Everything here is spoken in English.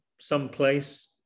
someplace